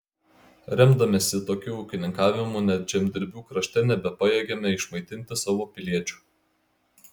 remdamiesi tokiu ūkininkavimu net žemdirbių krašte nebepajėgėme išmaitinti savo piliečių